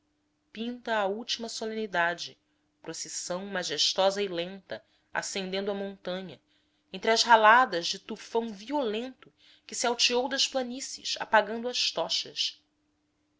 pinta a última solenidade procissão majestosa e lenta ascendendo a montanha entre as rajadas de tufão violento que se alteou das planícies apagando as tochas